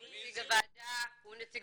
הוא נציג הוועדה, הוא נציג